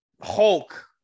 Hulk